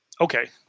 Okay